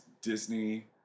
Disney